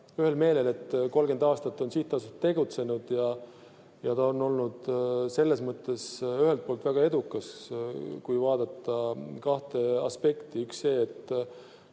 ühel meelel, et 30 aastat on sihtasutus tegutsenud ja ta on olnud selles mõttes väga edukas, kui vaadata kahte aspekti. Üks on see,